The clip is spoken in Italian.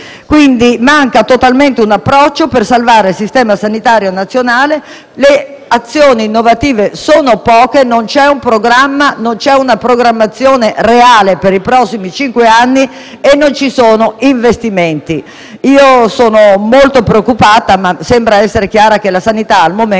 fasulli. Manca totalmente un approccio per salvare il Sistema sanitario nazionale; le azioni innovative sono poche; non c'è un programma; non c'è una programmazione reale per i prossimi cinque anni e non ci sono investimenti. Io sono molto preoccupata, ma sembra essere chiaro che la sanità al momento